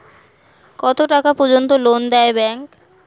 কত টাকা পর্যন্ত লোন দেয় ব্যাংক?